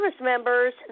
members